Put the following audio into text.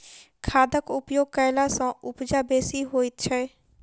खादक उपयोग कयला सॅ उपजा बेसी होइत छै